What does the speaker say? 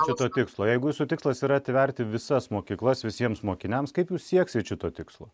šito tikslo jeigu jūsų tikslas yra atverti visas mokyklas visiems mokiniams kaip jūs sieksite šito tikslo